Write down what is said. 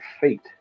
fate